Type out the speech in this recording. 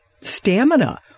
stamina